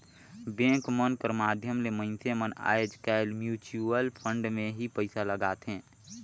bank मन कर माध्यम ले मइनसे मन आएज काएल म्युचुवल फंड में ही पइसा लगाथें